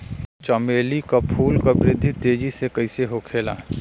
चमेली क फूल क वृद्धि तेजी से कईसे होखेला?